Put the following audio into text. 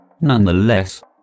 Nonetheless